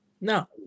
No